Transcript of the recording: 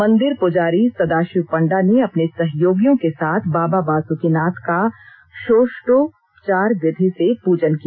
मंदिर पुजारी सदाशिव पंडा ने अपने सहयोगियों के साथ बाबा बासुकिनाथ का शोडषोंपचार विधि से पूजन किया